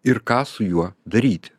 ir ką su juo daryti